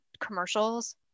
commercials